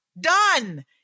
done